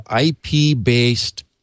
IP-based